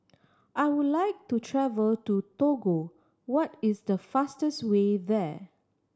I would like to travel to Togo what is the fastest way there